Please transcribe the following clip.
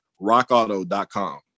rockauto.com